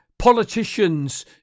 Politicians